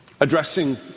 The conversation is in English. addressing